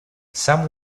some